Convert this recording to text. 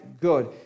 good